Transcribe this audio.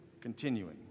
continuing